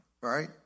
right